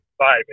vibing